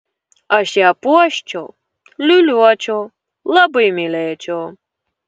aš ją puoščiau liūliuočiau labai mylėčiau